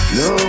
no